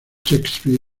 shakespeare